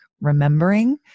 remembering